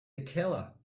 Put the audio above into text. keller